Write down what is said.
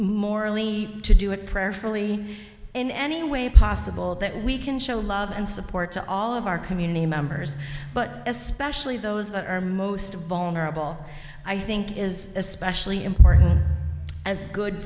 morally to do it prayerfully in any way possible that we can show love and support to all of our community members but especially those that are most vulnerable i think it is especially important as good